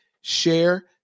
share